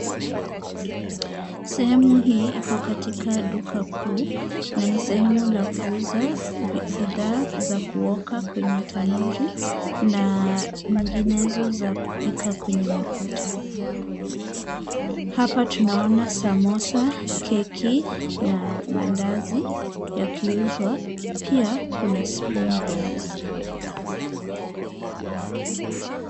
Sehemu hii iko katika duka kuu na ni sehemu la kuuza bidhaa za kuoka kwenye tanuri na nyinginezo za kupika kwenye mafuta. Hapa tunaona samosa , keki na mandazi yakiuzwa. Pia, kuna sprinkles .